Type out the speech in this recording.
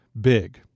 big